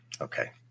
okay